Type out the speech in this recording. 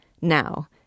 Now